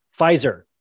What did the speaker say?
Pfizer